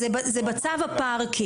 זה בצו הפארקים.